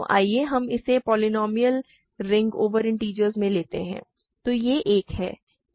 तो आइए हम इसे पोलीनोमिअल रिंग ओवर इन्टिजरस में लेते हैं